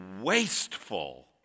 wasteful